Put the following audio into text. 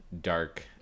dark